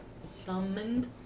Summoned